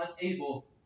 unable